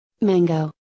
mango